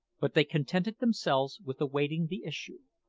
but they contented themselves with awaiting the issue.